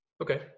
Okay